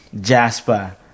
Jasper